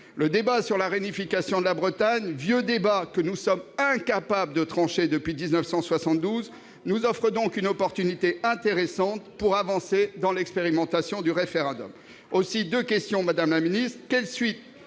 Le débat sur la réunification de la Bretagne, vieux débat que nous sommes incapables de trancher depuis 1972, nous offre donc une opportunité intéressante pour avancer dans l'expérimentation du référendum. Voyez Notre-Dame-des-Landes